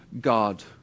God